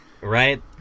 Right